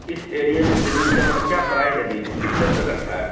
اس ا ایریے میں زمین کا مطلب کیا پرائز ابھی کتنے روپئے کٹھا ہے